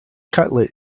cutlet